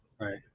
Right